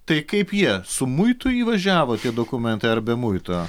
tai kaip jie su muitu įvažiavo tie dokumentai ar be muito